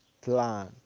plan